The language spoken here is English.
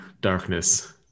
darkness